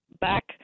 back